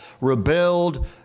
rebelled